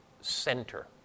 center